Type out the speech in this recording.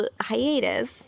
hiatus